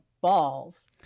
balls